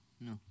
No